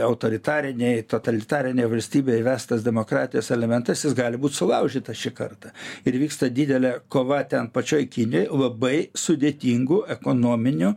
autoritarinėj totalitarinėj valstybėj įvestas demokratijos elementas jis gali būt sulaužyta šį kartą ir vyksta didelė kova ten pačioj kinijoj labai sudėtingų ekonominių